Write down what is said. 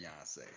Beyonce